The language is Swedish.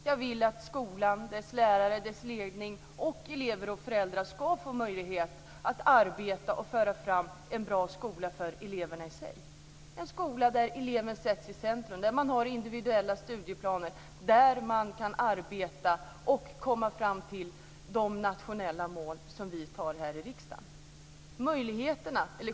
Jag vill att skolan, dess lärare och ledning samt elever och föräldrar ska få möjlighet att arbeta i och föra fram en bra skola för eleverna i sig, en skola där eleven sätts i centrum, där man har individuella studieplaner och där man kan arbeta fram till och nå de nationella mål som vi antar här i riksdagen.